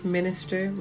Minister